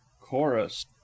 chorus